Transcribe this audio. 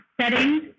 settings